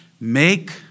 Make